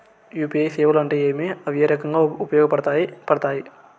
UPI సేవలు అంటే ఏమి, అవి ఏ రకంగా ఉపయోగపడతాయి పడతాయి?